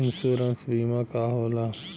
Insurance बीमा का होला?